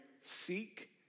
seek